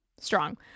strong